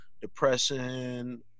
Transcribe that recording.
depression